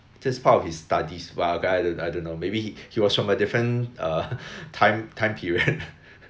this is part of his studies but okay I don't know I don't know maybe he he was from a different uh time time period but